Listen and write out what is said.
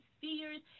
fears